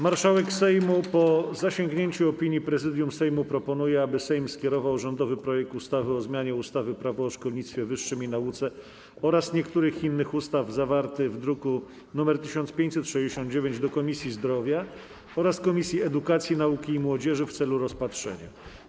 Marszałek Sejmu, po zasięgnięciu opinii Prezydium Sejmu, proponuje, aby Sejm skierował rządowy projekt ustawy o zmianie ustawy - Prawo o szkolnictwie wyższym i nauce oraz niektórych innych ustaw, zawarty w druku nr 1569, do Komisji Zdrowia oraz Komisji Edukacji, Nauki i Młodzieży w celu rozpatrzenia.